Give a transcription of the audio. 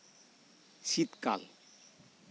ᱥᱤᱛᱠᱟᱞ